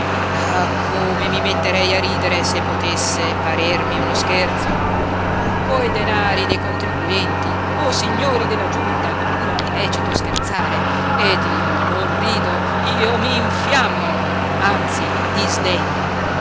ah come mi metterei a ridere se potesse parermi uno scherzo ma coi denari dei contribuenti o signori della giunta non è lecito scherzare ed io non rido io m'infiammo anzi